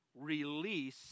release